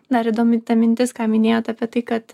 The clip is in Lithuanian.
dar įdomi ta mintis ką minėjot apie tai kad